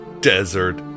Desert